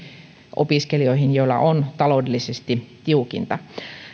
opiskelijoihin joilla on taloudellisesti tiukinta